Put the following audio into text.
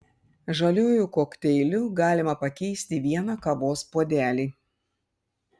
žaliuoju kokteiliu galima pakeisti vieną kavos puodelį